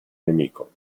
nemico